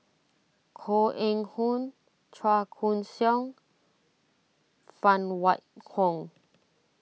Koh Eng Hoon Chua Koon Siong Phan Wait Hong